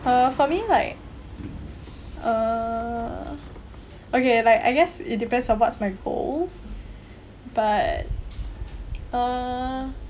uh for me like err okay like I guess it depends on what's my goal but err